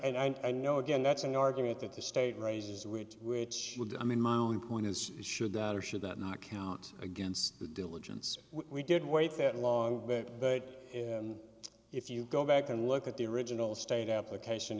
and i know again that's an argument that the state raises which which would i mean my only point is should that or should that not count against the diligence we did wait that long but if you go back and look at the original state application